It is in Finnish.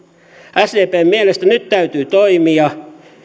sdpn mielestä nyt täytyy toimia